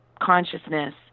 consciousness